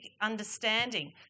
understanding